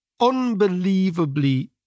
unbelievably